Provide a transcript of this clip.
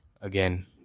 again